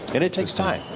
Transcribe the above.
and it takes time.